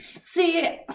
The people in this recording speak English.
See